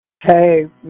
Hey